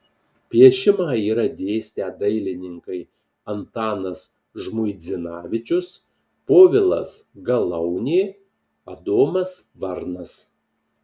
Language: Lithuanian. piešimą yra dėstę dailininkai antanas žmuidzinavičius povilas galaunė adomas varnas